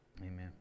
Amen